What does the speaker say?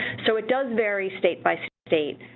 so, it does vary state by state.